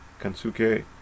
Kansuke